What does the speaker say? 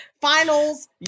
finals